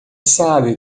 sabe